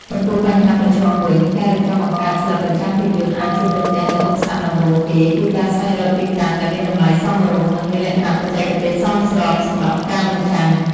ចំពោះបញ្ហាប្រឈមវិញ ការរៀបចំបង្កើតក្លឹបបញ្ចាំងភាពយន្តអាចជួបប្រទះនូវឧបសគ្គដំបូងគេ គឺការស្វែងរកទីតាំងដែលមានតម្លៃសមរម្យ និងមានលក្ខណៈបច្ចេកទេសសមស្របសម្រាប់ការបញ្ចាំង។